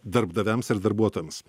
darbdaviams ir darbuotojams